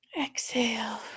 Exhale